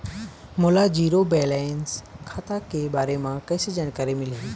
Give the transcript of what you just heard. मोला zero balance खाता के बारे म कैसे जानकारी मिलही?